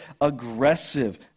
aggressive